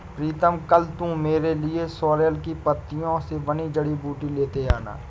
प्रीतम कल तू मेरे लिए सोरेल की पत्तियों से बनी जड़ी बूटी लेते आना